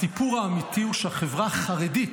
הסיפור האמיתי הוא שהחברה החרדית,